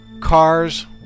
Cars